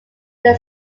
where